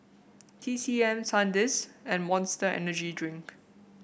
T C M Sandisk and Monster Energy Drink